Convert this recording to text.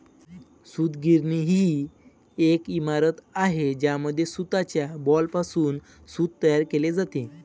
सूतगिरणी ही एक इमारत आहे ज्यामध्ये सूताच्या बॉलपासून सूत तयार केले जाते